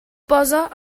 pose